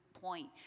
point